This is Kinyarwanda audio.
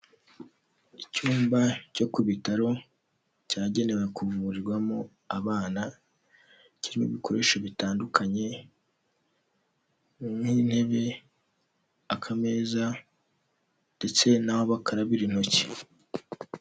Icyumba cyo ku bitaro cyagenewe kuvurirwamo abana, kirimo ibikoresho bitandukanye nk'intebe, akameza ndetse n'aho bakarabira intoki.